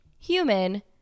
human